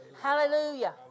Hallelujah